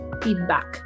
feedback